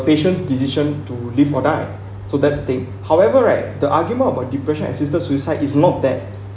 patient's decision to live or die so that's the thing however right the argument about depression assisted suicide is not that